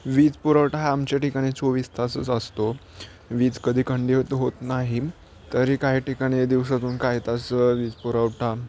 वीज पुरवठा आमच्या ठिकाणी चोवीस तासच असतो वीज कधी खंडित होत नाही तरी काही ठिकाणी दिवसातून काही तास वीज पुरवठा